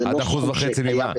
עד אחוז וחצי ממה?